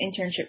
internship